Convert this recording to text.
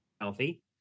healthy